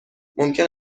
ممکن